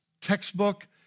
textbook